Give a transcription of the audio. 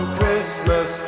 Christmas